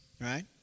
right